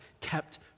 kept